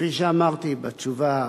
כפי שאמרתי בתשובה,